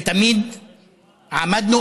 ותמיד עמדנו,